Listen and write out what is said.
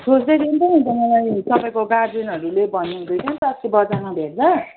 सोध्दै थियो नि त हिजो मलाई तपाईँको गार्जनहरूले भन्नुहुँदै थियो नि त अस्ति बजारमा भेट्दा